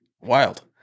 wild